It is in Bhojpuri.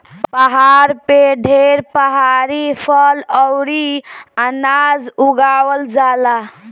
पहाड़ पे ढेर पहाड़ी फल अउरी अनाज उगावल जाला